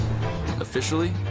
Officially